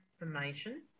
information